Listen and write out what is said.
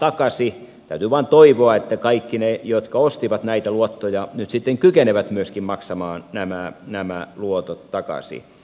täytyy vain toivoa että kaikki ne jotka ostivat näitä luottoja nyt sitten kykenevät myöskin maksamaan nämä luotot takaisin